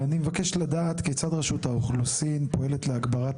ואני מבקש לדעת כיצד רשות האוכלוסין פועלת להגברת